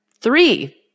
three